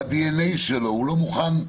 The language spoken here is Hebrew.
ב-DNA שלו הוא לא מוכן,